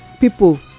people